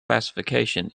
classification